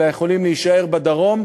אלא יכולים להישאר בדרום,